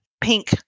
pink